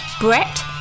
Brett